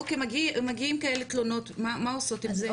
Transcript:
אוקיי, מגיעים כאלה תלונות, מה עושות עם זה?